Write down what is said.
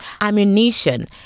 ammunition